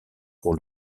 pour